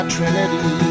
Trinity